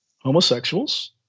homosexuals